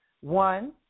One